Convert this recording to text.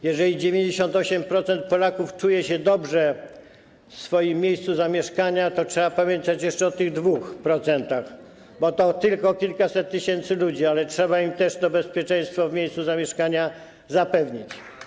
Jeżeli 98% Polaków czuje się dobrze w swoim miejscu zamieszkania, to trzeba pamiętać jeszcze o tych 2%, bo to tylko kilkaset tysięcy ludzi, ale trzeba im też to bezpieczeństwo w miejscu zamieszkania zapewnić.